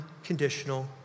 unconditional